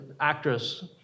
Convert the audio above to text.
actress